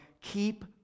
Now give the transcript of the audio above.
keep